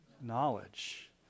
Knowledge